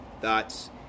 Thoughts